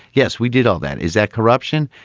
yes we did all that. is that corruption.